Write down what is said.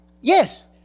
Yes